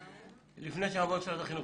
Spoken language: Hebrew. לפני שנעבור למשרד החינוך,